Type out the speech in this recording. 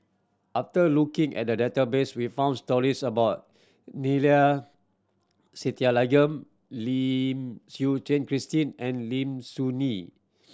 after looking at the database we found stories about Neila Sathyalingam Lim Suchen Christine and Lim Soo Ngee